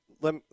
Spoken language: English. Let